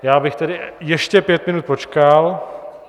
Já bych tedy ještě pět minut počkal...